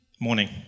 Morning